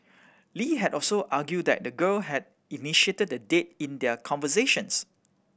Lee had also argued that the girl had initiated the date in their conversations